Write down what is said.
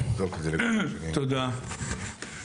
תודה,